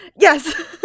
Yes